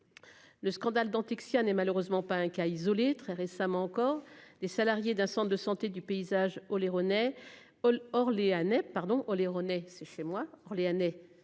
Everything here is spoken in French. Le scandale Dentexia n'est malheureusement pas un cas isolé et très récemment encore des salariés d'un centre de santé du paysage. Oh les